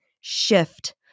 shift